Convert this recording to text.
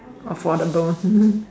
affordable